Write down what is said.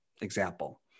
example